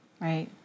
Right